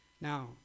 Now